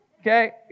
okay